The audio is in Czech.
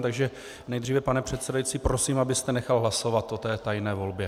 Takže nejdříve, pane předsedající, prosím, abyste nechal hlasovat o té tajné volbě.